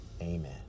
Amen